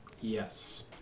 Yes